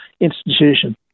institution